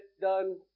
done